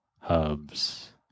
hubs